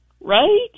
Right